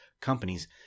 companies